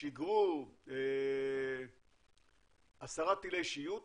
שיגרו עשרה טילי שיוט